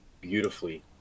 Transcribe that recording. beautifully